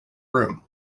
room